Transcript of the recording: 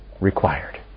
required